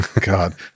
God